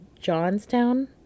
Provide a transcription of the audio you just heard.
Johnstown